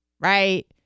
right